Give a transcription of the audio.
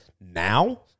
now